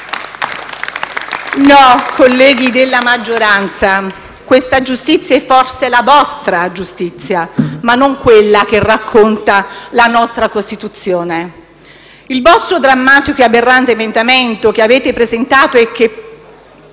Colleghi della maggioranza, questa giustizia è forse la vostra giustizia, ma non quella che racconta la nostra Costituzione. Il drammatico e aberrante emendamento che avete presentato è solo